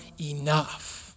enough